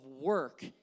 work